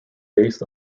based